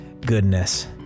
goodness